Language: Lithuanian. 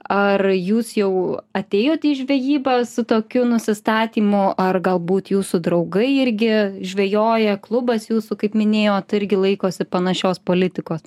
ar jūs jau atėjote į žvejybą su tokiu nusistatymu ar galbūt jūsų draugai irgi žvejoja klubas jūsų kaip minėjot irgi laikosi panašios politikos